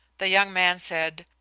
the young man said,